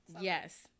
yes